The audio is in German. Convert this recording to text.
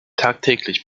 tagtäglich